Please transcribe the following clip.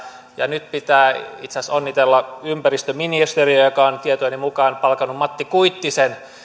ja nyt pitää itse asiassa onnitella ympäristöministeriä joka on tietojeni mukaan palkannut ministeriöön matti kuittisen